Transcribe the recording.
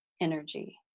energy